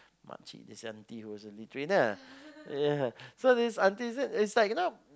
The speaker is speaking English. much this auntie who was lead trainer ya so this auntie said you know